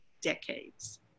decades